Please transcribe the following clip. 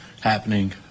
happening